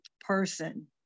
person